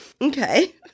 Okay